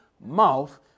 mouth